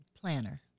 planner